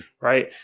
Right